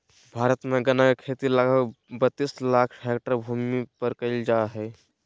भारत में गन्ना के खेती लगभग बत्तीस लाख हैक्टर भूमि पर कइल जा हइ